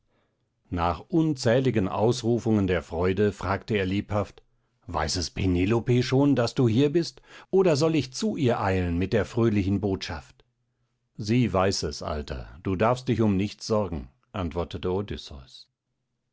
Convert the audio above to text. nach unzähligen ausrufungen der freude fragte er lebhaft weiß es penelope schon daß du hier bist oder soll ich zu ihr eilen mit der frühlichen botschaft sie weiß es alter du darfst dich um nichts sorgen antwortete